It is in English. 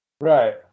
Right